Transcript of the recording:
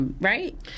right